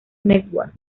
network